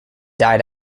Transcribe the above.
died